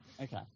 Okay